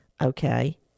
Okay